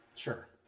Sure